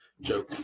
Joke